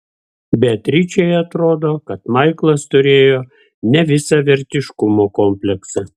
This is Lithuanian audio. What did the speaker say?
beatričei atrodo kad maiklas turėjo nevisavertiškumo kompleksą